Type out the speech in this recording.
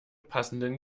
passenden